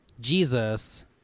Jesus